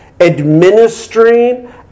Administering